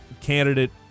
candidate